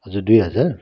हजुर दुई हजार